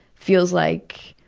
feels like